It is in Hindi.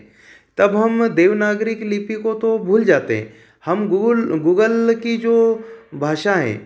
तब हम देवनागरी लिपि को तो भूल जाते हैं हम गूगुल गूगल की जो भाषा हैं